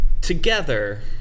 Together